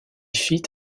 fit